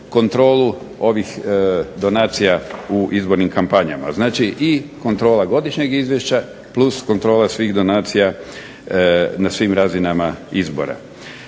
kontrolu ovih donacija u izbornim kampanjama. Znači i kontrola godišnjeg izvješća, plus kontrola svih donacija na svim razinama izbora.